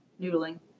Noodling